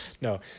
No